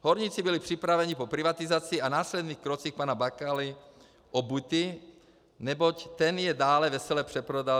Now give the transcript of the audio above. Horníci byli připraveni po privatizaci a následných krocích pana Bakaly o byty, neboť ten je dále vesele přeprodal.